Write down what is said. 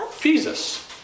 Jesus